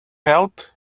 health